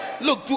Look